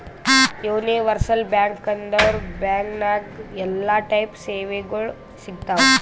universal bank ಅಂದುರ್ bank ನಾಗ್ ಎಲ್ಲಾ ಟೈಪ್ ಸೇವೆಗೊಳ್ ಸಿಗ್ತಾವ್